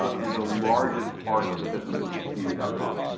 um and the largest part of the business was expedia com,